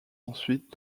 ensuite